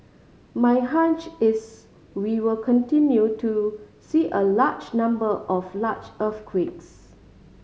my hunch is we will continue to see a large number of large earthquakes